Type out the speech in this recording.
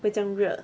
不会这样热